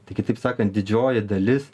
tai kitaip sakant didžioji dalis